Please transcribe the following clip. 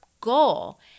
goal